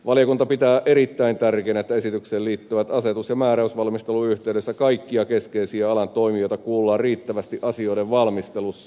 valiokunta pitää erittäin tärkeänä että esitykseen liittyvän asetus ja määräysvalmistelun yhteydessä kaikkia keskeisiä alan toimijoita kuullaan riittävästi asioiden valmistelussa